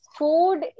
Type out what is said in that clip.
food